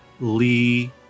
lee